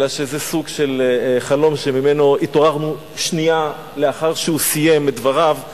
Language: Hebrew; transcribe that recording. אלא שזה סוג של חלום שממנו התעוררנו שנייה לאחר שהוא סיים את דבריו,